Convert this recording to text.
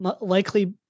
likely